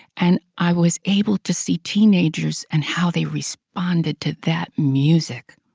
and i was able to see teenagers and how they responded to that music.